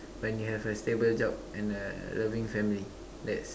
when you have a stable job and a loving family that's